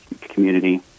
community